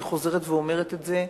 אני חוזרת ואומרת את זה,